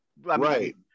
right